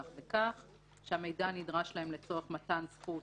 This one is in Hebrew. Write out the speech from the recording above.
כך וכך "שהמידע נדרש להם לצורך מתן זכות